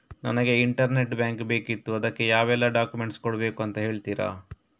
ನನಗೆ internet bank ಬೇಕಿತ್ತು ಅದಕ್ಕೆ ಯಾವೆಲ್ಲಾ ಡಾಕ್ಯುಮೆಂಟ್ಸ್ ಕೊಡ್ಬೇಕು ಅಂತ ಹೇಳ್ತಿರಾ?